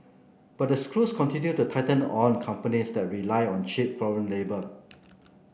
but the screws continue to tighten on companies that rely on cheap foreign labour